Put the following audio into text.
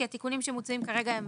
כי התיקונים שמוצעים כרגע הם